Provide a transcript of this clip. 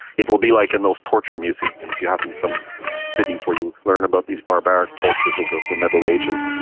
it will be like in those torture museums you have in some cities where you learn about these barbaric tortures of the of the middle ages,